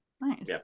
nice